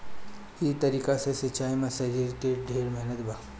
ई तरीका के सिंचाई में शरीर के ढेर मेहनत बा